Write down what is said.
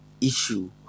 issue